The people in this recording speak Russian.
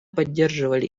поддерживали